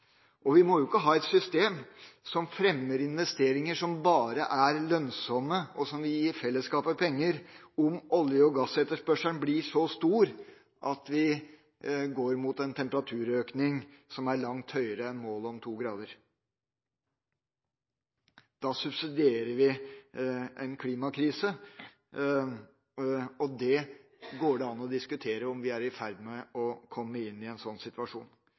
Vi må ikke ha et system som fremmer investeringer som bare er lønnsomme, og som vil gi fellesskapet penger, dersom olje- og gassetterspørselen blir så stor at vi går mot en temperaturøkning som er langt høyere enn målet om to grader. Da subsidierer vi en klimakrise, og det går an å diskutere om vi er i ferd med å komme inn i en slik situasjon.